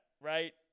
right